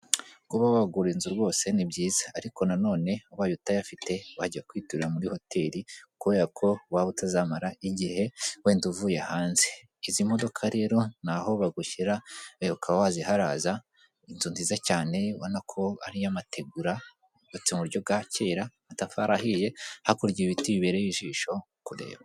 Kuba wagura inzu rwose ni byiza, ariko nanone waba utayafite wajya kwiturarira muri hoteli kubera ko waba utazamara igihe wenda uvuye hanze. izi modoka rero naho bagushyira uka waziharaza inzu nziza cyane u wbona ko ariyo mategura utse muburyo bwa kera amatafari ahiye hakurya ibiti bibereye ijisho kureba.